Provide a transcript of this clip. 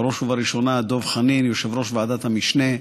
ובראש ובראשונה דב חנין, יושב-ראש ועדת המשנה,